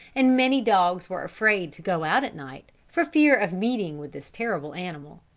and many dogs were afraid to go out at night for fear of meeting with this terrible animal.